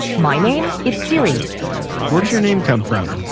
my name? it's siri where does your name come from?